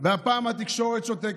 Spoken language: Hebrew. והפעם התקשורת שותקת,